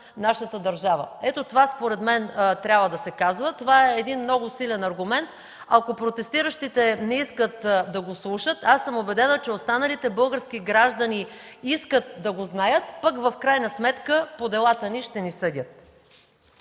нашата държава. Това, според мен, трябва да се казва. Това е един много силен аргумент. Ако протестиращите не искат да го слушат, аз съм убедена, че останалите български граждани искат да го знаят, пък в крайна сметка по делата ни ще ни съдят.